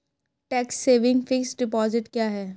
Tax saving fixed deposit क्या है?